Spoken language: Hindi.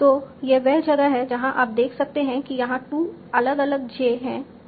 तो यह वह जगह है जहां आप देख सकते हैं कि यहां 2 अलग अलग j हैं जो संभव हैं